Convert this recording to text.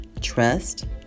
trust